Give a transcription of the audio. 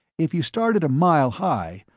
if you started a mile high,